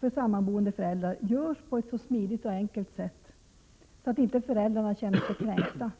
för sammanboende föräldrar görs på ett smidigt och enkelt sätt, så att inte föräldrarna känner sig kränkta.